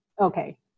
Okay